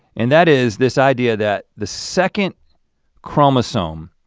and that is this idea that the second chromosome